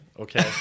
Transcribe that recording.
Okay